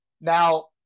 now